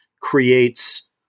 creates